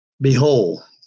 Behold